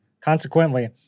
Consequently